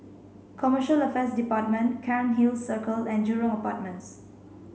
Commercial Affairs Department Cairnhill Circle and Jurong Apartments